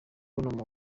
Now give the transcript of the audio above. ubona